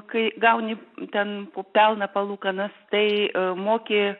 kai gauni ten po pelną palūkanas tai moki